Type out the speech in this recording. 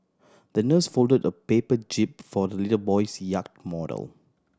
the nurse folded a paper jib for the little boy's yacht model